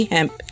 Hemp